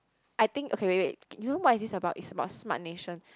I think okay wait wait you know what is this about it's about smart nation